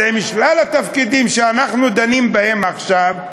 אז עם שלל התפקידים שאנחנו דנים בהם עכשיו,